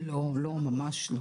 לא, ממש לא.